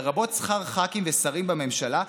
לרבות שכר ח"כים ושרים בממשלה,